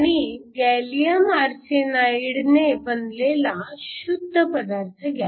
आणि गॅलीअम आर्सेनाईडने बनलेला शुद्ध पदार्थ घ्या